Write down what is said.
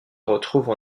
retrouve